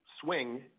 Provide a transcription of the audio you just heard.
swing